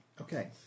Okay